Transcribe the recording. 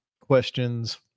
questions